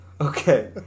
Okay